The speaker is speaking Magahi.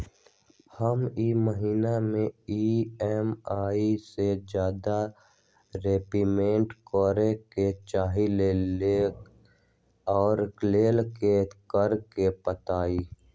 हम ई महिना में ई.एम.आई से ज्यादा रीपेमेंट करे के चाहईले ओ लेल की करे के परतई?